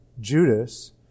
Judas